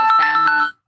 family